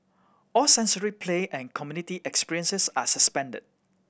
all sensory play and community experiences are suspended